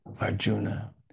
Arjuna